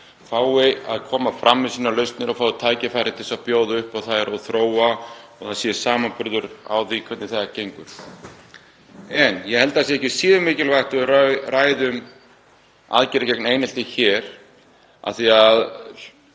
fái að koma fram með sínar lausnir og fái tækifæri til að bjóða upp á þær og þróa þær og það sé samanburður í gangi á því hvernig það gengur. En ég held að það sé ekki síður mikilvægt að við ræðum aðgerðir gegn einelti hér af því að